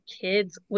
kids